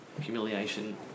humiliation